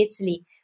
Italy